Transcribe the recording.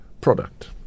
product